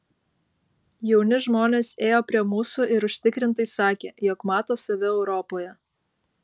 jauni žmonės ėjo prie mūsų ir užtikrintai sakė jog mato save europoje